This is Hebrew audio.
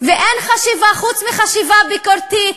ואין חשיבה חוץ מחשיבה ביקורתית,